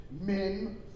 Men